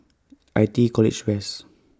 I T E College West